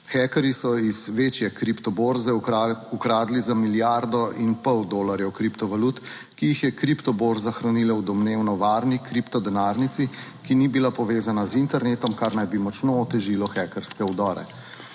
Hekerji so iz večje kriptoborze ukradli za milijardo in pol dolarjev kriptovalut, ki jih je kriptoborza hranila v domnevno varni kripto denarnici, ki ni bila povezana z internetom, kar naj bi močno otežilo hekerske vdore.